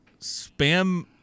Spam